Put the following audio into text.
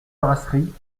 brasserie